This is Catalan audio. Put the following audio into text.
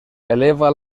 eleva